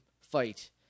fight